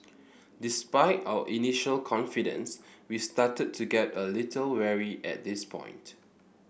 despite our initial confidence we started to get a little wary at this point